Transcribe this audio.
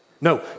No